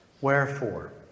Wherefore